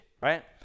right